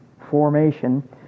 formation